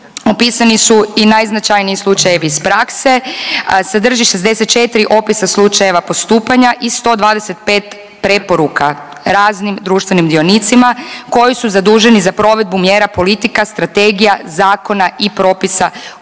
opisani su i najznačajniji slučajevi iz prakse. Sadrži 64 opisa slučajeva postupanja i 125 preporuka raznim društvenim dionicima koji su zaduženi za provedbu mjera, politika, strategija, zakona i propisa u cilju